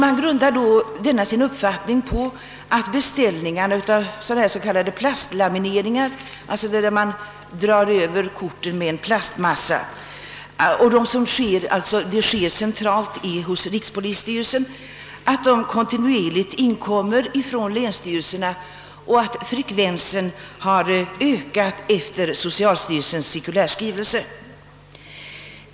Man grundar denna sin uppfattning på att beställningar av s.k. plastlamineringar — korten dras över med en plastmassa, vilket utförs centralt hos rikspolisstyrelsen — kontinuerligt inkommer från länsstyrelserna och att frekvensen har ökat efter socialstyrelsens cirkulärskrivelse.